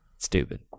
stupid